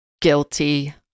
guilty